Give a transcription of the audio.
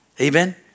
Amen